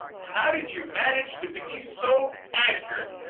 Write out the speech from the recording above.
how did you manage to be so actor